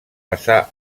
passà